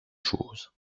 chose